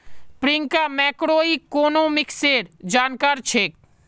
प्रियंका मैक्रोइकॉनॉमिक्सेर जानकार छेक्